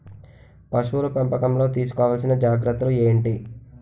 పశువుల పెంపకంలో తీసుకోవల్సిన జాగ్రత్త లు ఏంటి?